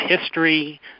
history